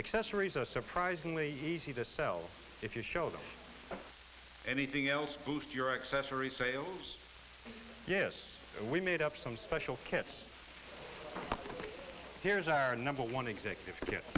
accessories a surprisingly easy to sell if you show them anything else boost your accessory sales yes we made up some special kits here's our number one executive